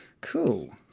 Cool